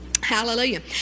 Hallelujah